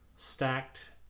stacked